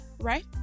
right